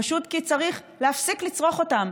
פשוט כי צריך להפסיק לצרוך אותם.